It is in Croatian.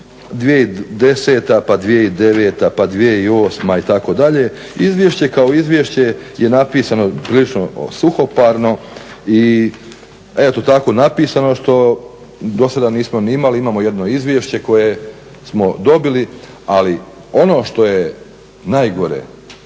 2010. pa 2009. pa 2008. itd. Izvješće kao izvješće je napisano prilično suhoparno i eto tako napisano što dosada nismo ni imali. Imamo jedno izvješće koje smo dobili, ali ono što je najgore